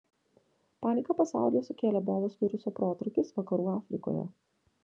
paniką pasaulyje sukėlė ebolos viruso protrūkis vakarų afrikoje